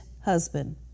husband